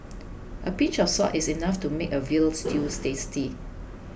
a pinch of salt is enough to make a Veal Stew tasty